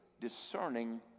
discerning